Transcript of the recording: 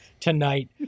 tonight